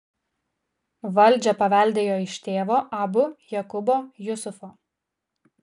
valdžią paveldėjo iš tėvo abu jakubo jusufo